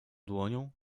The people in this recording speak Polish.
dłonią